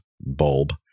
bulb